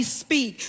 speak